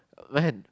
man